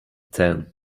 ten